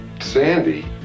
Sandy